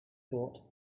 thought